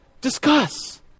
discuss